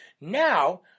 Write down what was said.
Now